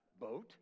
boat